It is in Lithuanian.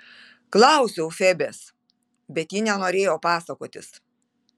klausiau febės bet ji nenorėjo pasakotis